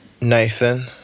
Nathan